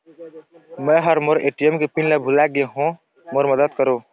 मै ह मोर ए.टी.एम के पिन ला भुला गे हों मोर मदद करौ